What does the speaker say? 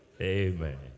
Amen